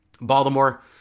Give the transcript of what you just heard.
Baltimore